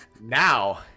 Now